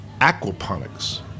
aquaponics